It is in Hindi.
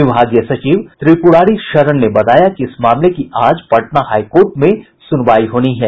विभागीय सचिव त्रिपुरारी शरण ने बताया कि इस मामले की आज पटना हाई कोर्ट में सुनवाई होनी है